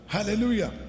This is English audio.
Hallelujah